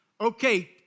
okay